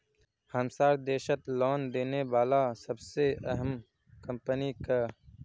हमसार देशत लोन देने बला सबसे अहम कम्पनी क